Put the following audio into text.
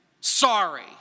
sorry